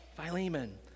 philemon